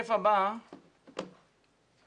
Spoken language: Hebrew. אני